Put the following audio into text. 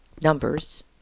numbers